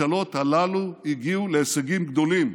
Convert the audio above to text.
הגיעו להישגים גדולים,